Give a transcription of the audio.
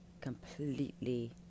completely